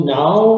now